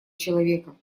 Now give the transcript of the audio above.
человека